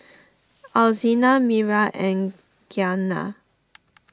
Alzina Miriah and Giana